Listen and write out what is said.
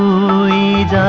lead